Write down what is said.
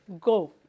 Go